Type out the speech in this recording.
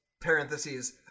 Parentheses